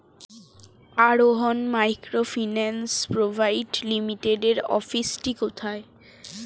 আরোহন microfinance private লিমিটেডের অফিসটি কোথায়?